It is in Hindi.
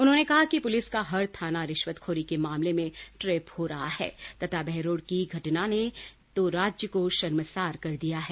उन्होंने कहा कि पुलिस का हर थाना रिश्वत खोरी के मामले में ट्रेप हो रहा है तथा बहरोड की घटना ने तो राज्य को शर्मसार कर दिया है